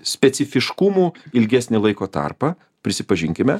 specifiškumų ilgesnį laiko tarpą prisipažinkime